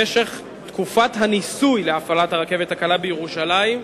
למשך תקופת הניסוי להפעלת הרכבת הקלה בירושלים,